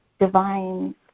divine